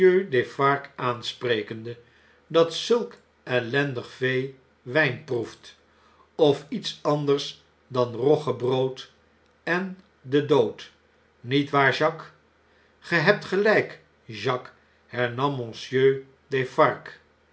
aansprekende datzulk ellendig vee wjjn proeft of iets anders dan roggebrood en den dood niet waar jacques b ge hebt geljjk jacques